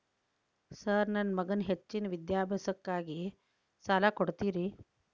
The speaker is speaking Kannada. ಸರ್ ನನ್ನ ಮಗನ ಹೆಚ್ಚಿನ ವಿದ್ಯಾಭ್ಯಾಸಕ್ಕಾಗಿ ಸಾಲ ಕೊಡ್ತಿರಿ?